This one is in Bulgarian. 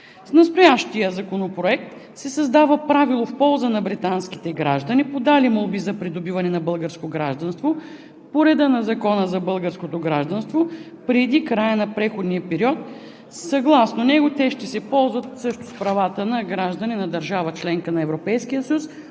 С настоящия законопроект се създава правило в полза на британските граждани, подали молби за придобиване на българско гражданство по реда на Закона за българското гражданство преди края на преходния период. Съгласно него те ще се ползват също с правата на граждани на държава – членка на Европейския съюз,